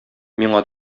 миңа